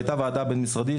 היתה ועדה בין-משרדית,